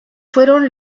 fueron